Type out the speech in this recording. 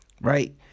Right